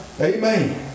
Amen